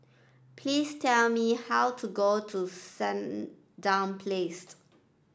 please tell me how to get to Sandown Placed